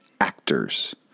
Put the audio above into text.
actors